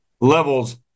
levels